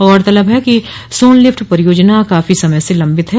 गौरतलब है कि सोन लिफ्ट परियोजना काफी समय से लम्बित है